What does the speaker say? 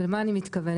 ולמה אני מתכוונת?